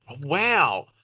Wow